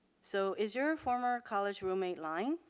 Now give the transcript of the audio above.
so is your former college roommate lying?